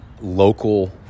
local